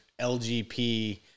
LGP